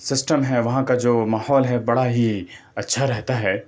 system ہے وہاں کا جو ماحول ہے بڑا ہی اچّھا رہتا ہے